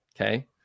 okay